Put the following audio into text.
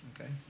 Okay